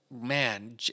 man